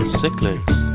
cichlids